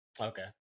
okay